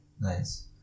nice